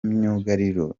myugariro